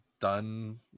done